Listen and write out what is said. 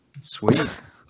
Sweet